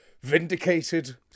Vindicated